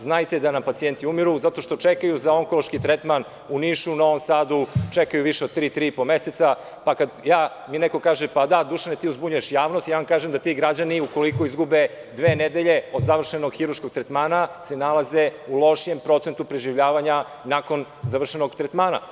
Znajte da nam pacijenti umiru zato što čekaju za onkološki tretman u Nišu, u Novom Sadu više od tri, tri i po meseca, pa kada mi neko kaže – da, Dušane, ti zbunjuješ javnost, ja vam kažem da ti građani, ukoliko izgube dve nedelje od završenog hirurškog tretmana, se nalaze u lošijem procentu preživljavanja nakon završenog tretmana.